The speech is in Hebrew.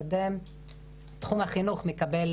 תחום החינוך מקבל